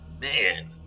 man